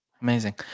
Amazing